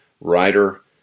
writer